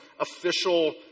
official